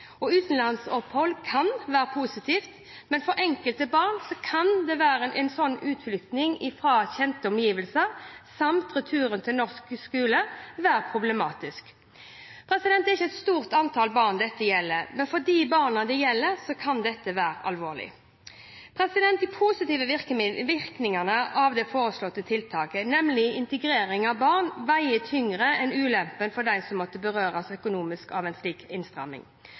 barn. Utenlandsopphold kan være positivt, men for enkelte barn kan en utflytting fra kjente omgivelser samt returen til norsk skole være problematisk. Det er ikke et stort antall barn dette gjelder, men for de barna det gjelder, kan det være alvorlig. De positive virkningene av det foreslåtte tiltaket, nemlig integrering av barn, veier tyngre enn ulempene for dem som måtte berøres økonomisk av en slik innstramming.